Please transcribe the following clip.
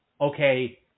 okay